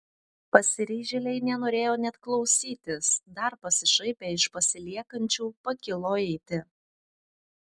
pasiryžėliai nenorėjo net klausytis dar pasišaipę iš pasiliekančių pakilo eiti